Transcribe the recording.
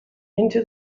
into